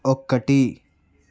ఒకటి